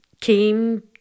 came